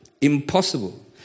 Impossible